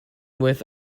with